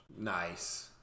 Nice